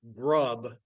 grub